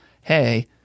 hey